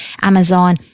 Amazon